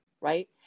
right